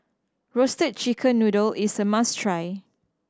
Roasted Chicken Noodle is a must try